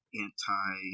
Anti